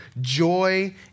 joy